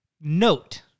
note